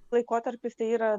laikotarpis tai yra